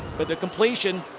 but the completion,